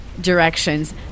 directions